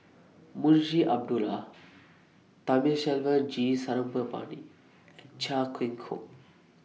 Munshi Abdullah Thamizhavel G Sarangapani and Chia Keng Hock